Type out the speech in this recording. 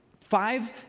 Five